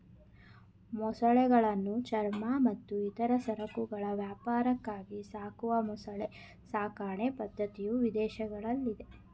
ಮೊಸಳೆಗಳನ್ನು ಚರ್ಮ ಮತ್ತು ಇತರ ಸರಕುಗಳ ವ್ಯಾಪಾರಕ್ಕಾಗಿ ಸಾಕುವ ಮೊಸಳೆ ಸಾಕಣೆ ಪದ್ಧತಿಯು ವಿದೇಶಗಳಲ್ಲಿದೆ